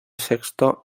sexto